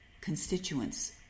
constituents